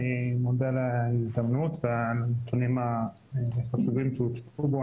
אני מודה על ההזדמנות והנתונים החשובים שהוצגו פה.